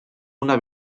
una